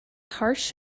harsh